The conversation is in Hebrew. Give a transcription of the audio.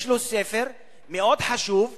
יש לו ספר מאוד חשוב ושמו: